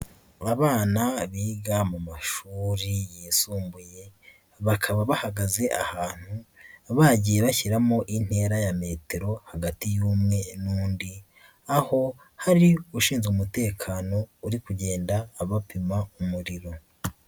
Abana biga mu mashuri yisumbuye, bakaba bahagaze ahantu bagiye bashyiramo intera ya metero hagati y'umwe n'undi, aho hari ushinzwe umutekano uri kugenda abapima umuriro.